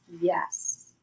Yes